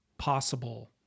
possible